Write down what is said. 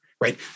Right